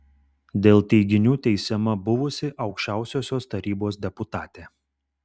dėl teiginių teisiama buvusi aukščiausiosios tarybos deputatė